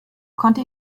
konnte